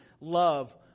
love